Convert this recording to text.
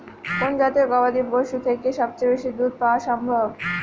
কোন জাতের গবাদী পশু থেকে সবচেয়ে বেশি দুধ পাওয়া সম্ভব?